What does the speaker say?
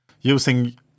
using